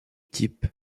type